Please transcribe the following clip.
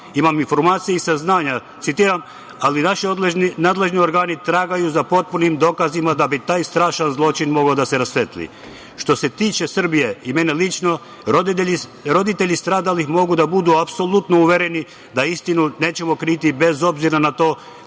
Imam informacije i saznanja, citiram - ali naši nadležni organi tragaju za potpunim dokazima da bi taj strašan zločin mogao da se rasvetli. Što se tiče Srbije i mene lično, roditelji stradalih mogu da budu apsolutno uvereni da istinu nećemo kriti bez obzira na to